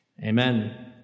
Amen